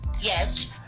Yes